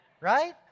Right